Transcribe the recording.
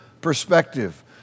perspective